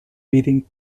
beating